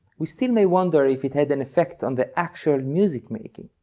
we still may wonder if it had an effect on the actual music making?